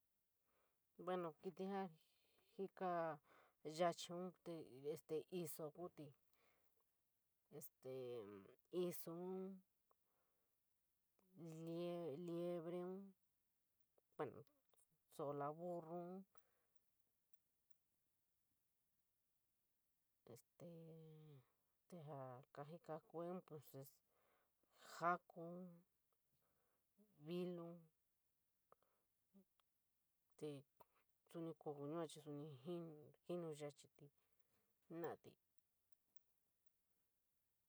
Bueno, kií ja jika yaachiun te iso kuti, este isuun, liebre un, bueno so´o la burrun estee jaa kajika kue pues jaa koun, viluun, te suni kaoun yua chii suni jinu yaa chití jena´oti.